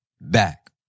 back